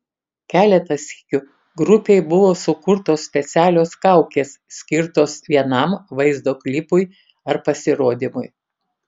keletą sykių grupei buvo sukurtos specialios kaukės skirtos vienam vaizdo klipui ar pasirodymui